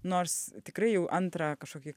nors tikrai jau antrą kažkokį